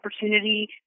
opportunity